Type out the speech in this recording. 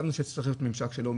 חשבנו שצריך להיות ממשק שלו,